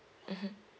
mmhmm